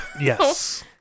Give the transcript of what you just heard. Yes